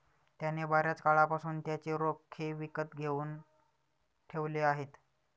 त्याने बर्याच काळापासून त्याचे रोखे विकत घेऊन ठेवले आहेत